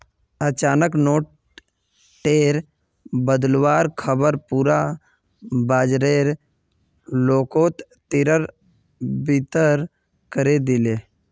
अचानक नोट टेर बदलुवार ख़बर पुरा बाजारेर लोकोत तितर बितर करे दिलए